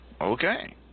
Okay